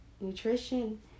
Nutrition